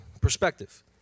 perspective